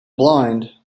blind